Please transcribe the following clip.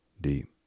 deep